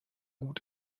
gut